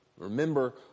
Remember